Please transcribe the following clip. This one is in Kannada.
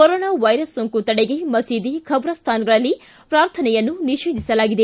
ಕೊರೊನಾ ವೈರಸ್ ಸೋಂಕು ತಡೆಗೆ ಮಸೀದಿ ಖಬ್ರಸ್ಥಾನಗಳಲ್ಲಿ ಪ್ರಾರ್ಥನೆ ನಿಷೇಧಿಸಲಾಗಿದೆ